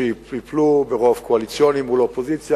שייפלו ברוב קואליציוני מול האופוזיציה,